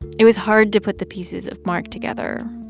it was hard to put the pieces of mark together,